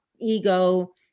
ego